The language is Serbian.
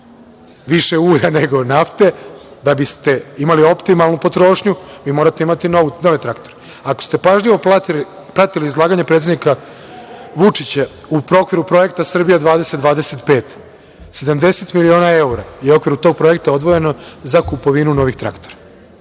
više ulja nego nafte. Da biste imali optimalnu potrošnju, vi morate imati nove traktore. Ako ste pažljivo pratili izlaganje predsednika Vučića u okviru projekta „Srbija 2025“, 70 miliona evra je u okviru tog projekta odvojeno za kupovinu nove